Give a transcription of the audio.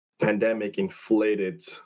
pandemic-inflated